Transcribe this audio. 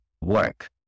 work